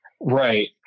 Right